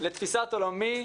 לתפיסת עולמי,